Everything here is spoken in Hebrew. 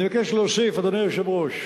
אני מבקש להוסיף, אדוני היושב-ראש.